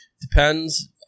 Depends